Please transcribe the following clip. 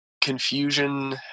confusion